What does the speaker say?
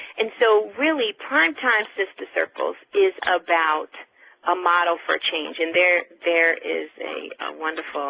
and so really prime time sister circles is about a model for change, and there there is a wonderful